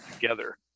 together